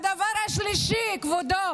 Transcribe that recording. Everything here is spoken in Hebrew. הדבר השלישי, כבודו,